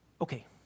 Okay